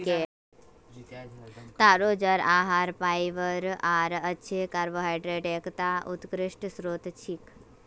तारो जड़ आहार फाइबर आर अच्छे कार्बोहाइड्रेटक एकता उत्कृष्ट स्रोत छिके